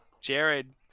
Jared